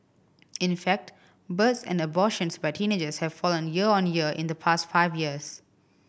in fact births and abortions by teenagers have fallen year on year in the past five years